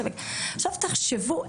עכשיו תחשבו,